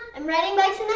i'm riding bikes